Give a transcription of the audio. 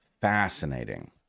Fascinating